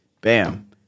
Bam